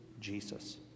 Jesus